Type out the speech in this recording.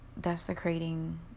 desecrating